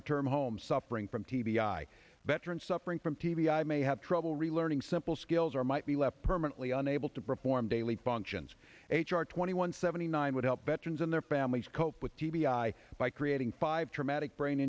return home suffering from t b i veterans suffering from t v i may have trouble relearning simple skills or might be left permanently unable to perform daily functions h r twenty one seventy nine would help veterans and their families cope with t b i by creating five traumatic brain